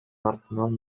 артынан